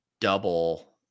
double